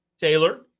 Taylor